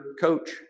coach